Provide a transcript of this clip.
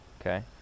Okay